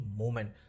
moment